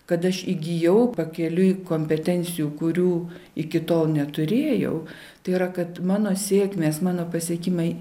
kad aš įgijau pakeliui kompetencijų kurių iki tol neturėjau tai yra kad mano sėkmės mano pasiekimai